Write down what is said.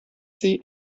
sie